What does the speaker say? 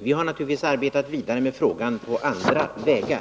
Vi har naturligtvis arbetat vidare med frågan på andra vägar.